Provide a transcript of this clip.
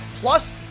Plus